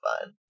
fun